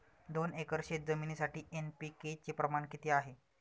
दोन एकर शेतजमिनीसाठी एन.पी.के चे प्रमाण किती आहे?